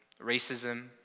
racism